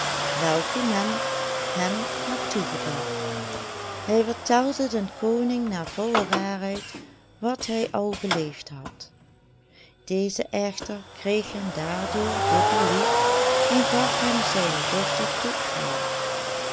welke men hem had toegedacht hij vertelde den koning naar volle waarheid wat hij al beleefd had deze echter kreeg hem daardoor dubbel lief en gaf hem zijne dochter tot vrouw